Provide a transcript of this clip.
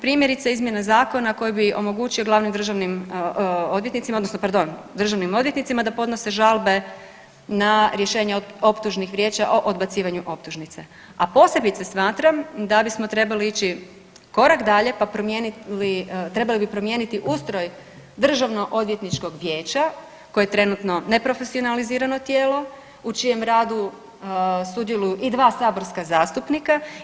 Primjerice izmjene zakona koji bi omogućio glavnim državnim odvjetnicima, odnosno pardon državnim odvjetnicima da podnose žalbe na rješenja optužnih vijeća o odbacivanju optužnice, a posebice smatram da bismo trebali ići korak dalje pa promijeniti, trebali bi promijeniti ustroj Državno-odvjetničkog vijeća koji je trenutno neprofesionalizirano tijelo u čijem radu sudjeluju i dva saborska zastupnika.